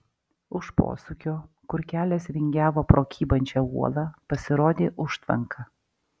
už posūkio kur kelias vingiavo pro kybančią uolą pasirodė užtvanka